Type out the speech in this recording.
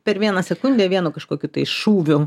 per vieną sekundę vienu kažkokiu tai šūviu